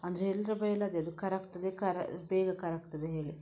ಅಂದರೆ ಎಲ್ಲರ ಬಾಯಲ್ಲಿ ಅದೇ ಅದು ಕರಗ್ತದೆ ಕರ ಬೇಗ ಕರಗ್ತದೆ ಹೇಳಿ